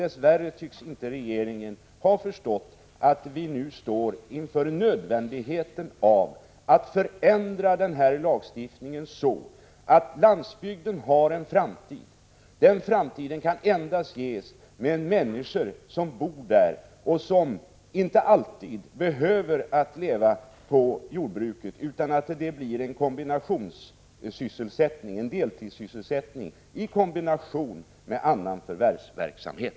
Dess värre tycks inte regeringen ha förstått att vi nu står inför nödvändigheten av att förändra denna lagstiftning så, att landsbygden har en framtid. Och framtid kan landsbygden ges endast under förutsättning att människor bor där, människor som inte alltid behöver leva enbart på jordbruk, utan jordbruket måste kunna få bli en deltidssysselsättning i kombination med annan förvärvsverksamhet.